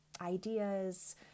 ideas